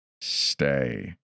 Stay